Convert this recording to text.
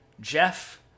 Jeff